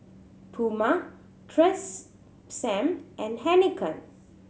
Puma Tresemme and Heinekein